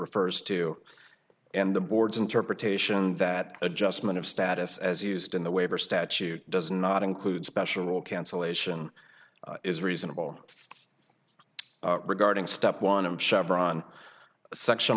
refers to and the board's interpretation that adjustment of status as used in the waiver statute does not include special cancellation is reasonable regarding step one of chevron section